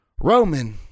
Roman